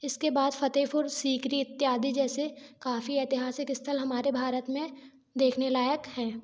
इसके बाद फतेहपुर सीकरी इत्यादि जैसे काफी ऐतिहासिक स्थल हमारे भारत में देखने लायक हैं